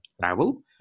travel